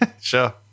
Sure